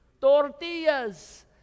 Tortillas